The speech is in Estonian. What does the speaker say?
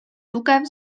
tugev